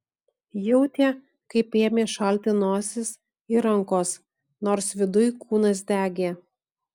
jautė kaip ėmė šalti nosis ir rankos nors viduj kūnas degė